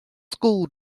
school